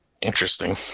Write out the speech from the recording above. Interesting